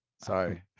sorry